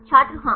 छात्र हाँ